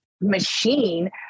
machine